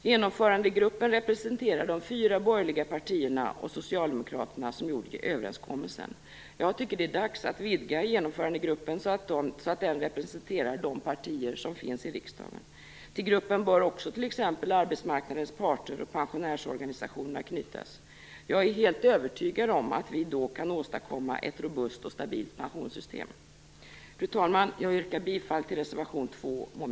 Genomförandegruppen representerar de fyra borgerliga partierna och Socialdemokraterna som gjorde överenskommelsen. Jag tycker att det är dags att vidga genomförandegruppen så att den representerar de partier som finns i riksdagen. Till gruppen bör också t.ex. arbetsmarknadens parter och pensionärsorganisationerna knytas. Jag är helt övertygad om att vi då kan åstadkomma ett robust och stabilt pensionssystem. Fru talman! Jag yrkar bifall till reservation 2 mom.